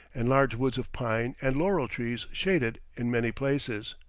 and large woods of pine and laurel-trees shade it in many places.